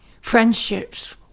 friendships